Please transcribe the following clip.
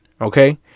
Okay